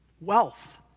wealth